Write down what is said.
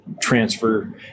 transfer